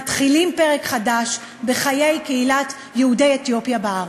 מתחילים פרק חדש בחיי קהילת יהודי אתיופיה בארץ.